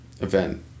event